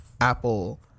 apple